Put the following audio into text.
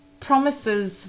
promises